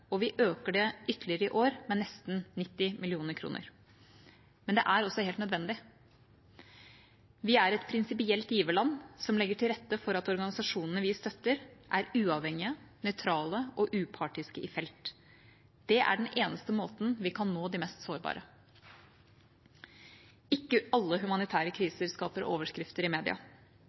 og vi øker det ytterligere i år med nesten 90 mill. kr. Men det er også helt nødvendig. Vi er et prinsipielt giverland som legger til rette for at organisasjonene vi støtter, er uavhengige, nøytrale og upartiske i felt. Det er den eneste måten vi kan nå de mest sårbare på. Ikke alle humanitære kriser skaper overskrifter i media.